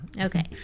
Okay